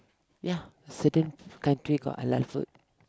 ya certain country got a lot food